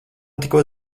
tikko